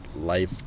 life